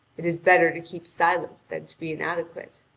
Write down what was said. it is better to keep silent than to be inadequate.